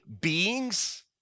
beings